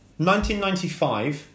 1995